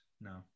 No